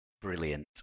Brilliant